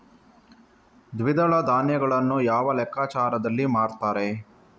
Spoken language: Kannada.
ದ್ವಿದಳ ಧಾನ್ಯಗಳನ್ನು ಯಾವ ಲೆಕ್ಕಾಚಾರದಲ್ಲಿ ಮಾರ್ತಾರೆ?